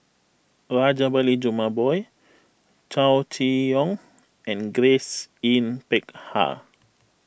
Rajabali Jumabhoy Chow Chee Yong and Grace Yin Peck Ha